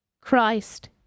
Christ